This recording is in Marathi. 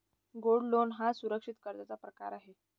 गोल्ड लोन हा सुरक्षित कर्जाचा प्रकार आहे